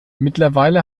mittlerweile